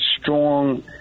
strong